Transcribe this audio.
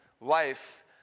life